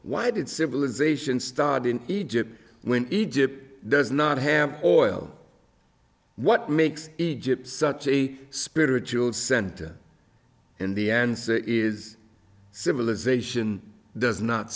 why did civilization start in egypt when egypt does not have oil what makes egypt such a spiritual center and the answer is civilization does not